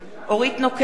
אורית נוקד,